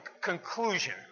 conclusion